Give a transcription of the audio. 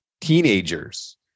teenagers